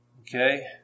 Okay